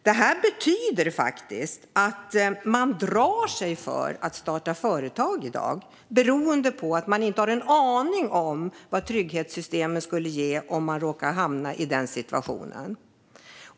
Detta betyder att man drar sig för att starta företag i dag, för man har ingen aning om vad trygghetssystemen skulle ge om man skulle råka hamna i den situationen.